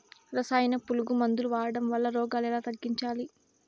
రసాయన పులుగు మందులు వాడడం వలన రోగాలు ఎలా తగ్గించాలి?